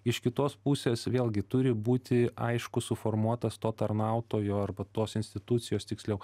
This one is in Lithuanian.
iš kitos pusės vėlgi turi būti aiškus suformuotas to tarnautojo arba tos institucijos tiksliau